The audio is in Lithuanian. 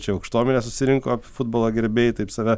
čia aukštuomenė susirinko futbolo gerbėjai taip save